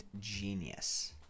genius